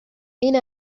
این